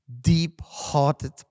deep-hearted